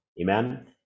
amen